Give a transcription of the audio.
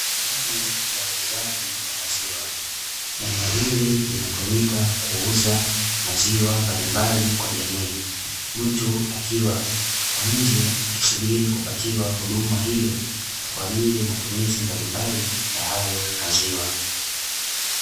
Sehemu ya uuzaji wa maziwa. Eneo hili linatumika kuuza maziwa mbalimbali kwa jamii, Mtu akiwa kwa nje akisubiri kupatiwa huduma hiyo kwa ajili ya matumizi mbalimbali ya hayo maziwa.